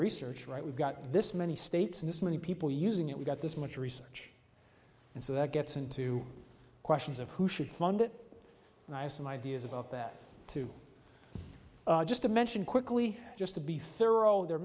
research right we've got this many states and this many people using it we've got this much research and so that gets into questions of who should fund it and i assume ideas about that too just to mention quickly just to be thorough there are